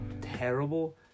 terrible